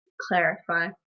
clarify